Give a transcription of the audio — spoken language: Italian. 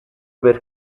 per